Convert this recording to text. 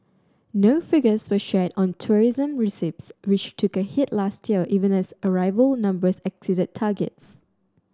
no figures were shared on tourism receipts which took a hit last year even as arrival numbers exceeded targets